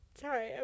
Sorry